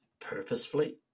purposefully